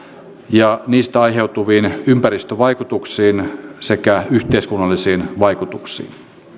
ja niistä aiheutuviin ympäristövaikutuksiin sekä yhteiskunnallisiin vaikutuksiin